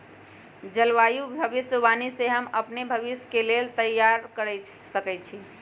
जलवायु भविष्यवाणी से हम अपने के भविष्य के लेल तइयार कऽ सकै छी